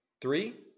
three